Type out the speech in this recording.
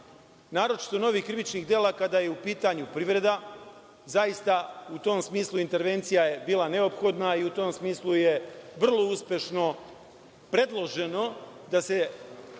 naročito novih krivičnih dela kada je u pitanju privreda. Zaista u tom smislu intervencija je bila neophodna i u tom smislu je vrlo uspešno predloženo da se